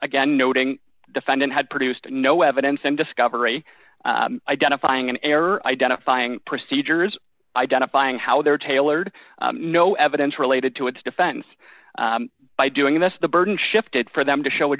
noting defendant had produced no evidence and discovery identifying an error identifying procedures identifying how they were tailored no evidence related to its defense by doing this the burden shifted for them to show a